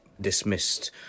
dismissed